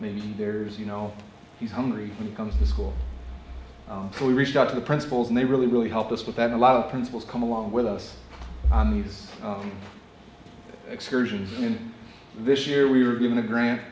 maybe there's you know he's hungry when it comes to school so we reached out to the principals and they really really helped us with that a lot of principals come along with us on these excursions and this year we were given a grant